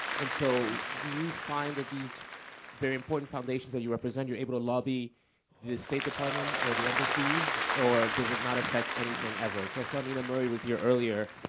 and so, do you find that these very important foundations that you represent, you're able to lobby the state department or the embassies or does it not affect anything ever? because i saw nina murray was here earlier.